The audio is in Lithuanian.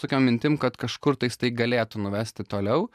tokiom mintim kad kažkur tais tai galėtų nuvesti toliau